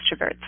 extroverts